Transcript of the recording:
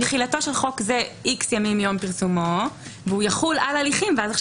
תחילתו של חוק X ימים מיום פרסומו והוא יחול על הליכים ועכשיו